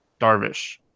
Darvish